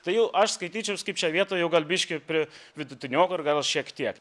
tai jau aš skaityčiaus kaip čia vietoj jau gal biški ir prie vidutiniokų ir gal šiek tiek